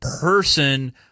person